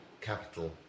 capital